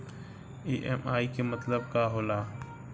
EMI के मतलब का होला?